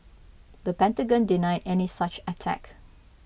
the Pentagon denied any such attack